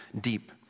deep